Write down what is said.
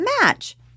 Match